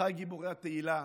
אחיי גיבורי התהילה,